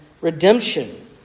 redemption